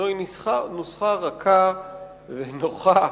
זוהי נוסחה רכה ונוחה,